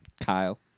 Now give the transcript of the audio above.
Kyle